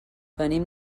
venim